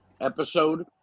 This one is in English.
episode